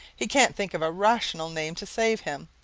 he can't think of a rational name to save him,